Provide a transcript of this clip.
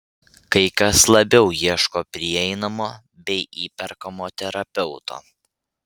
kai kas labiau ieško prieinamo bei įperkamo terapeuto